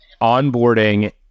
onboarding